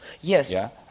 Yes